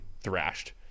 thrashed